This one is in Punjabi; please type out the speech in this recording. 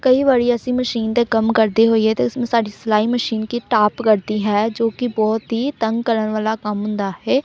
ਕਈ ਵਾਰੀ ਅਸੀਂ ਮਸ਼ੀਨ 'ਤੇ ਕੰਮ ਕਰਦੇ ਹੋਈਏ ਤਾਂ ਉਸਨੂੰ ਸਾਡੀ ਸਿਲਾਈ ਮਸ਼ੀਨ ਕੀ ਟਾਪ ਕਰਦੀ ਹੈ ਜੋ ਕਿ ਬਹੁਤ ਹੀ ਤੰਗ ਕਰਨ ਵਾਲਾ ਕੰਮ ਹੁੰਦਾ ਹੈ